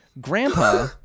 grandpa